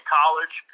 college